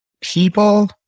people